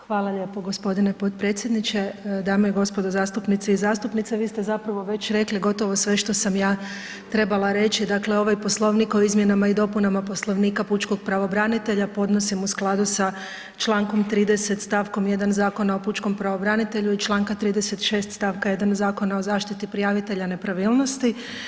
Hvala lijepo g. potpredsjedniče, dame i gospodo zastupnici i zastupnice, vi ste zapravo već rekli gotovo sve što sam ja trebala reći, dakle ovaj Poslovnik o izmjenama i dopunama Poslovnika pučkog pravobranitelja podnosim u skladu sa čl. 30. stavkom 1. Zakona o pučkom pravobranitelju i čl. čl. 36. stavka 1. Zakona o zaštiti prijavitelja nepravilnosti.